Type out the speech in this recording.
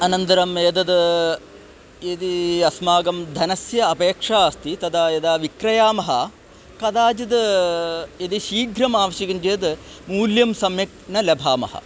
अनन्तरम् एतद् यदि अस्माकं धनस्य अपेक्षा अस्ति तदा यदा विक्रयामः कदाचिद् यदि शीघ्रम् आवश्यकं चेत् मूल्यं सम्यक् न लभामः